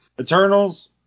Eternals